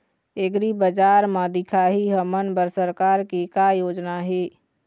एग्रीबजार म दिखाही हमन बर सरकार के का योजना हे?